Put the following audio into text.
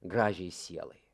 gražiai sielai